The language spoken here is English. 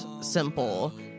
simple